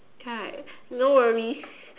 right no worries